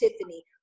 Tiffany